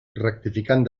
rectificant